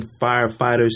firefighters